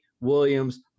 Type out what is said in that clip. Williams